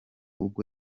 ubwo